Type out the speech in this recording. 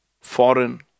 foreign